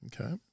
Okay